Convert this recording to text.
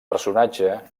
personatge